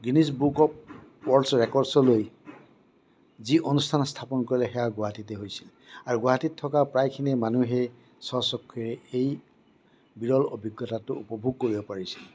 Guinness book of world ৰেকৰ্ডচলৈ যি অনুষ্ঠান স্থাপন কৰিলে সেয়া গুৱাহাটীতে হৈছিল আৰু গুৱাহাটীত থকা প্ৰায়খিনি মানুহেই স্ব চক্ষুৰে এই বিৰল অভিজ্ঞতাটো উপভোগ কৰিব পাৰিছিল